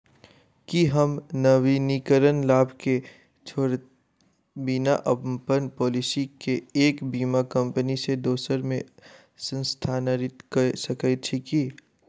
की हम नवीनीकरण लाभ केँ छोड़इत बिना अप्पन पॉलिसी केँ एक बीमा कंपनी सँ दोसर मे स्थानांतरित कऽ सकैत छी की?